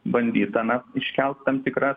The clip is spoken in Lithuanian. bandyta na iškelt tam tikrą